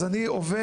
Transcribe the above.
אז אני עובר